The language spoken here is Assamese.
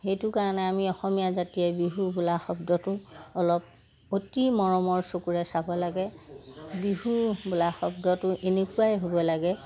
সেইটো কাৰণে আমি অসমীয়া জাতিয়ে বিহু বোলা শব্দটো অলপ অতি মৰমৰ চকুৰে চাব লাগে বিহু বোলা শব্দটো এনেকুৱাই হ'ব লাগে